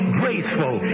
graceful